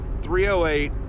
308